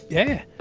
yeah.